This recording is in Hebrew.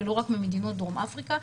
ולא רק ממדינות בדרום אפריקה.